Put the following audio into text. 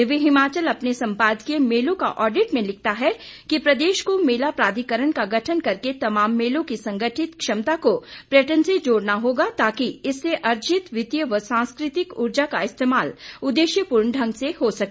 दिव्य हिमाचल अपने संपादकीय मेलों का ऑडिट में लिखता है कि प्रदेश को मेला प्राधिकरण का गठन करके तमाम मेलों की संगठित क्षमता को पर्यटन से जोड़ना होगा ताकि इससे अर्जित वित्तीय व सांस्कृतिक ऊर्जा का इस्तेमाल उदेश्य पूर्ण ढंग से हो सके